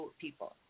people